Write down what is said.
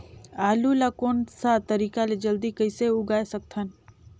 आलू ला कोन सा तरीका ले जल्दी कइसे उगाय सकथन?